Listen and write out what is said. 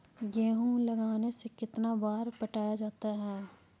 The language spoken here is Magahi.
गेहूं लगने से कितना बार पटाया जाता है?